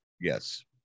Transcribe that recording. Yes